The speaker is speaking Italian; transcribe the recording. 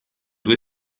due